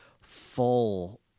full